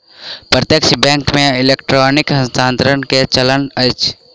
प्रत्यक्ष बैंक मे इलेक्ट्रॉनिक हस्तांतरण के चलन अछि